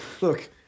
Look